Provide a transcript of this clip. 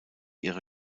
ihre